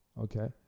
Okay